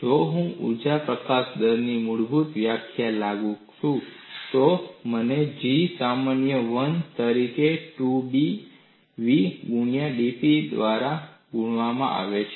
જો હું ઊર્જા પ્રકાશન દરની મૂળભૂત વ્યાખ્યા લાગુ કરું તો મને G સમાન 1 તરીકે 2B v ગુણ્યા dP દ્વારા દા તરીકે ગુણાકાર મળે છે